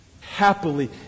happily